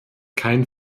kein